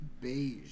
Beige